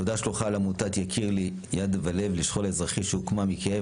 תודה שלוחה לעמותת יקיר לי - יד ולב לשכול האזרחי שהוקמה מכאב,